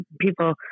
people